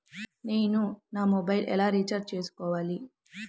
నేను నా మొబైల్కు ఎలా రీఛార్జ్ చేసుకోవాలి?